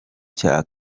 cya